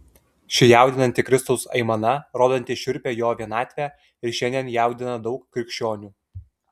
ši jaudinanti kristaus aimana rodanti šiurpią jo vienatvę ir šiandien jaudina daug krikščionių